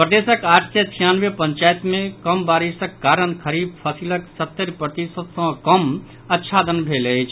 प्रदेशक आठ सय छियानवे पंचायत मे कम बारिशक कारण खरीफ फसिलक सत्तर प्रतिशत सँ कम अच्छादन भेल अछि